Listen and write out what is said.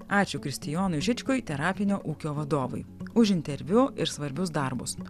ačiū kristijonui žičkui terapinio ūkio vadovui už interviu ir svarbius darbus